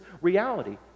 reality